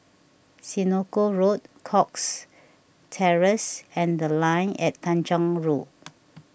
Senoko Road Cox Terrace and the Line At Tanjong Rhu